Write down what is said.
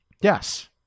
Yes